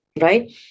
right